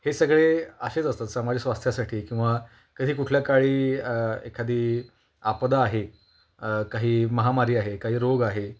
हे सगळे असेच असतात सामाजिक स्वास्थ्यासाठी किंवा कधी कुठल्या काळी एखादी आपदा आहे काही महामारी आहे काही रोग आहे